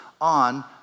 on